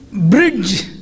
bridge